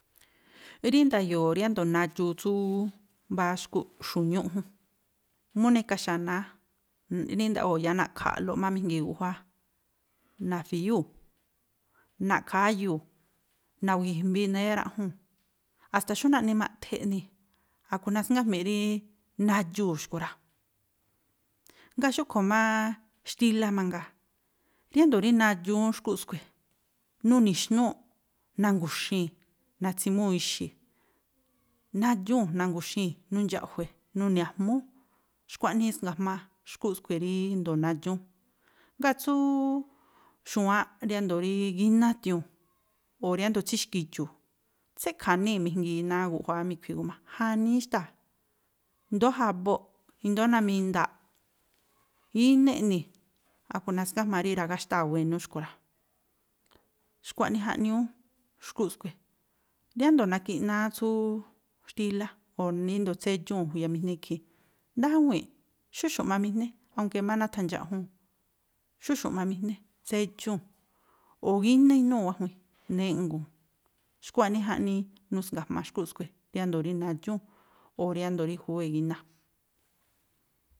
Rí nda̱yo̱o̱ rí ándo̱o̱ nadxuu tsúúú mbáá xkúꞌ, xu̱ñúꞌ jún, mú neka xanáá rí ndaꞌyoo̱ yáá na̱ꞌkha̱a̱ꞌlo má mijŋgii guꞌjuáá, na̱fi̱yúu̱, naꞌkháyuu̱, nawi̱ji̱ jmbi nayáraꞌjúu̱n. a̱sta̱ xú naꞌni maꞌthí eꞌnii̱. A̱ꞌkhui̱ nasngájmi̱ꞌ ríí, nadxuu̱ xkui̱ rá. Ngáa̱ xúꞌkhui̱ mááá xtílá mangaa, riándo̱ rí nadxúún xkúꞌ skui̱, nuni̱ xnúu̱ꞌ, nangu̱xii̱n, natsimúu̱ ixi̱, nadxúu̱n, nangu̱xii̱n, nundxa̱ꞌjue̱, nuni̱ ajmúú, xkua̱ꞌnii isnga̱jma xkúꞌ skui̱ ríndo̱o nadxúún. Ngáa̱ tsúúú xu̱wáánꞌ riándo̱o rí gíná a̱tiu̱un, o̱ riándo̱o tsíxki̱dxu̱u̱, tséꞌkha̱níi̱ mijngii náa̱ guꞌjuáá mi̱khui̱ guma, janíí xtáa̱, i̱ndóó jabóo̱ꞌ, i̱ndóó namindaa̱ꞌ, gíná eꞌnii̱. A̱ꞌkhui̱ nasngájmaa̱ꞌ rí ra̱gáxtáa̱ wénú xkui̱ rá. Xkua̱ꞌnii jaꞌñúú xkúꞌ skui̱. Riándo̱ nakiꞌnáá tsúúú xtílá o̱ níndo̱ tsédxúu̱n khuyamijní ikhii̱n. ndawii̱nꞌ, tsíxu̱ꞌmamijní, aunke má nathandxaꞌjúu̱n, xúxu̱ꞌmamijní, tsédxúu̱n. O̱ gíná inúu̱n wájuin, jnéꞌnguu̱n, xkua̱nii jaꞌnii nusnga̱jma xkúꞌ skui̱ riándo̱ rí nadxúu̱n o̱ riándo̱ rí khúwée̱ gíná.